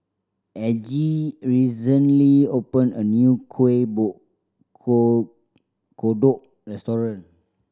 Aggie recently opened a new kuih kodok restaurant